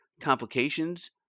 complications